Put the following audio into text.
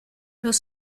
los